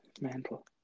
mental